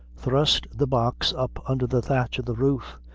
thrust the box up under the thatch of the roof,